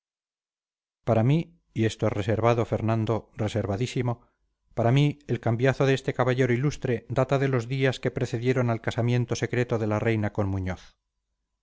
para mí y esto es reservado fernando reservadísimo para mí el cambiazo de este caballero ilustre data de los días que precedieron al casamiento secreto de la reina con muñoz